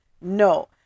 no